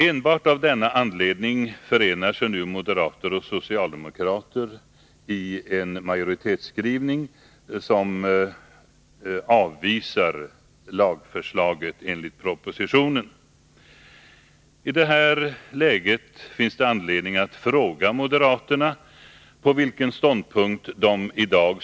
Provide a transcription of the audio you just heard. Enbart av denna anledning förenar sig nu moderater och socialdemokrater i en majoritetsskrivning, som avvisar propositionens lagförslag. I det här läget finns det anledning att fråga moderaterna vilken ståndpunkt deintar i dag.